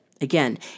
Again